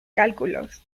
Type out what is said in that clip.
cálculos